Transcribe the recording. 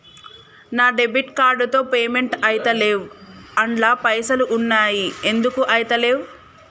నా debit card తో payment ఐతలేవ్ అండ్ల పైసల్ ఉన్నయి ఎందుకు ఐతలేవ్?